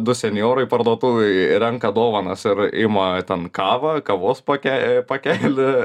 du senjorai parduotuvėj renka dovanas ir ima ten kavą kavos poke pakelį